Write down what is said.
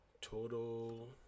total